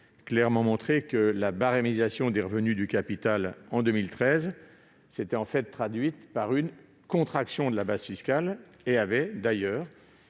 clairement établi que la « barémisation » des revenus du capital, en 2013, s'était en réalité traduite par une contraction de la base fiscale, et avait d'ailleurs